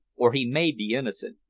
or he may be innocent.